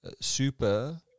Super